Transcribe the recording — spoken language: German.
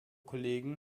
kollegen